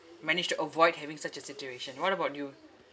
managed to avoid having such a situation what about you